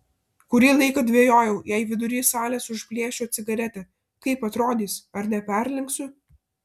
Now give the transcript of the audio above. kurį laiką dvejojau jei vidury salės užplėšiu cigaretę kaip atrodys ar neperlenksiu